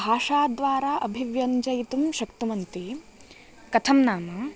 भाषाद्वारा व्यञ्जयितुं शक्नुवन्ति कथं नाम